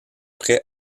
prêt